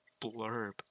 blurb